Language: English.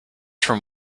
from